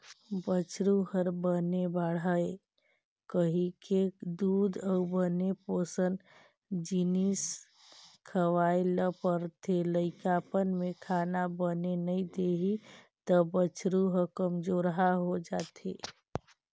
बछरु ह बने बाड़हय कहिके दूद अउ बने पोसन जिनिस खवाए ल परथे, लइकापन में खाना बने नइ देही त बछरू ह कमजोरहा हो जाएथे